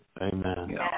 Amen